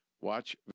watch